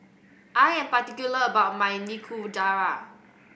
I am particular about my Nikujaga